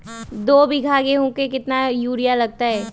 दो बीघा गेंहू में केतना यूरिया लगतै?